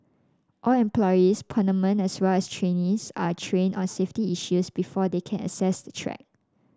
all employees permanent as well as trainees are trained on safety issues before they can access the track